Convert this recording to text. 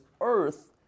earth